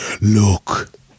look